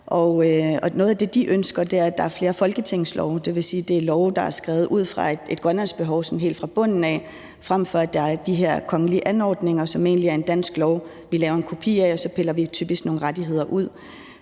noget af det, de ønsker, er, at der er flere folketingslove. Det vil sige, at det er love, der er skrevet ud fra et grønlandsk behov sådan helt fra bunden af, frem for at der er de her kongelige anordninger, som egentlig er en dansk lov, som vi laver en kopi af, og hvor vi så typisk piller nogle rettigheder ud